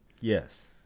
Yes